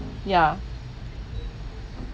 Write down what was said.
ya